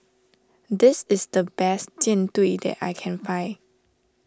this is the best Jian Dui that I can find